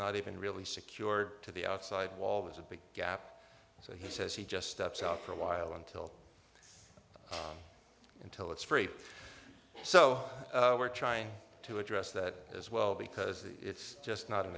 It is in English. not even really secured to the outside wall there's a big gap so he says he just steps out for a while until until it's free so we're trying to address that as well because it's just not an